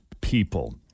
people